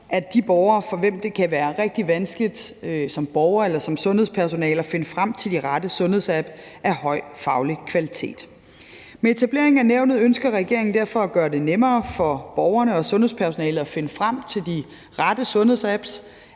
at de borgere, for hvem det kan være rigtig vanskeligt som borger eller sundhedspersonale at finde frem til de rette sundhedsapps af høj faglig kvalitet, kan gøre det. Med etablering af nævnet ønsker regeringen derfor at gøre det nemmere for borgerne og sundhedspersonalet at finde frem til de rette sundhedsapps,